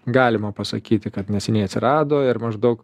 galima pasakyti kad neseniai atsirado ir maždaug